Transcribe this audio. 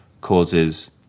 causes